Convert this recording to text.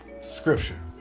Scripture